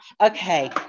Okay